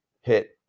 hit